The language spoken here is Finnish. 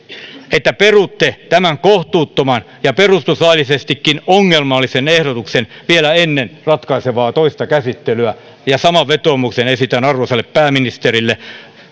että perutte tämän kohtuuttoman ja perustuslaillisestikin ongelmallisen ehdotuksen vielä ennen ratkaisevaa toista käsittelyä ja saman vetoomuksen esitän arvoisalle pääministerille